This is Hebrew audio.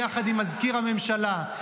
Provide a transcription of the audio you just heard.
יחד עם מזכיר הממשלה,